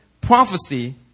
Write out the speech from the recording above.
prophecy